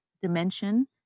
dimension